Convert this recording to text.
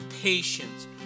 patience